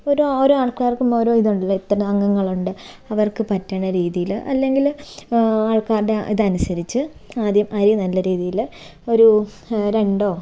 ഓരോ ഓരോ ആൾക്കാർക്കും ഓരോ ഇതുണ്ടല്ലോ എത്ര അംഗങ്ങളുണ്ട് അവർക്ക് പറ്റുന്ന രീതിയിൽ അല്ലെങ്കിൽ ആൾക്കാരുടെ ഇതനുസരിച്ച് ആദ്യം അരി നല്ല രീതിയിൽ ഒരു രണ്ടോ